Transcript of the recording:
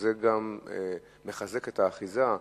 שזה גם מחזק את האחיזה.